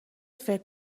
فکر